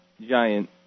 giant